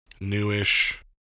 newish